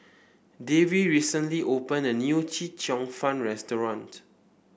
Davie recently opened a new Chee Cheong Fun restaurant